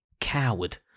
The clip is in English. Coward